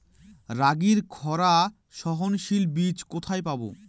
রাগির খরা সহনশীল বীজ কোথায় পাবো?